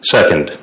Second